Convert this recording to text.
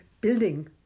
building